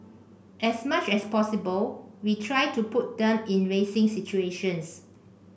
as much as possible we try to put them in racing situations